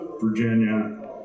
Virginia